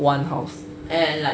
one house